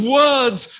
words